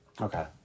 Okay